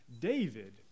David